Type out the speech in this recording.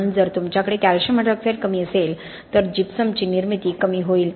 म्हणून जर तुमच्याकडे कॅल्शियम हायड्रॉक्साईड कमी असेल तर जिप्समची निर्मिती कमी होईल